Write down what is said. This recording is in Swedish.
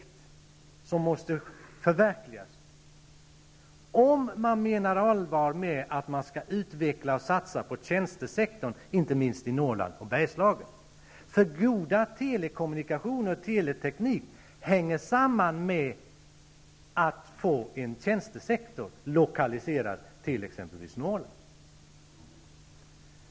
Det som sagts här måste förverkligas -- om man nu menar allvar med sitt tal om att man skall utveckla och satsa på tjänstesektorn, inte minst i Norrland och Bergslagen. Goda kommunikationer och teleteknik hänger ju samman med lokaliseringen av en tjänstesektor exempelvis till Norrland.